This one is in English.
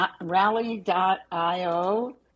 Rally.io